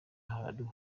ahantu